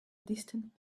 distant